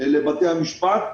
לבתי המשפט,